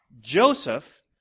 Joseph